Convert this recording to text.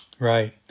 Right